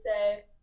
say